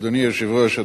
אדוני היושב-ראש,